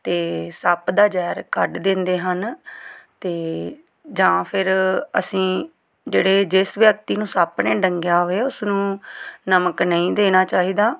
ਅਤੇ ਸੱਪ ਦਾ ਜ਼ਹਿਰ ਕੱਢ ਦਿੰਦੇ ਹਨ ਅਤੇ ਜਾਂ ਫਿਰ ਅਸੀਂ ਜਿਹੜੇ ਜਿਸ ਵਿਅਕਤੀ ਨੂੰ ਸੱਪ ਨੇ ਡੰਗਿਆ ਹੋਵੇ ਉਸਨੂੰ ਨਮਕ ਨਹੀਂ ਦੇਣਾ ਚਾਹੀਦਾ